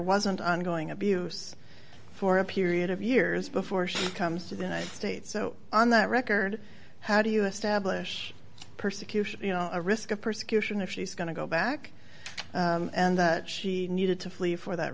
wasn't ongoing abuse for a period of years before she comes to the united states so on that record how do you establish persecution you know a risk of persecution if she's going to go back and that she needed to fle